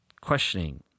questioning